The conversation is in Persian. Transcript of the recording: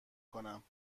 کنم